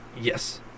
yes